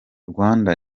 rwanda